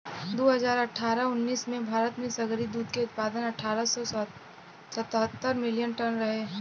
दू हज़ार अठारह उन्नीस में भारत के सगरी दूध के उत्पादन अठारह सौ सतहत्तर मिलियन टन रहे